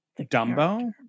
Dumbo